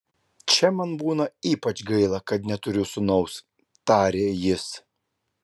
čia man būna ypač gaila kad neturiu sūnaus tarė jis